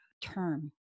term